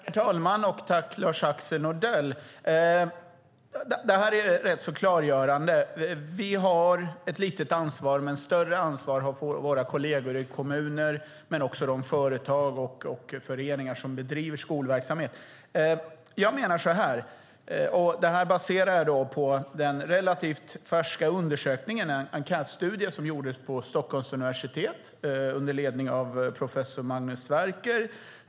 Herr talman! Tack, Lars-Axel Nordell! Det här var rätt klargörande. Vi har ett litet ansvar, men större ansvar har våra kolleger i kommuner och de företag och föreningar som bedriver skolverksamhet. Jag har följande uppfattning. Den baserar jag på en relativt färsk undersökning, en enkätstudie, som gjorts på Stockholms universitet under ledning av professor Magnus Sverke.